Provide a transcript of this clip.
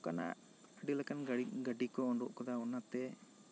ᱚᱱᱠᱟᱱᱟᱜ ᱟᱹᱰᱤ ᱞᱮᱠᱟᱱ ᱜᱟᱹᱰᱤ ᱠᱚ ᱳᱰᱳᱠ ᱟᱠᱟᱫᱟ ᱚᱱᱟᱛᱮ